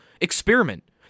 experiment